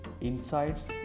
insights